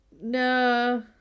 no